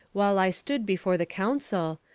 while i stood before the council,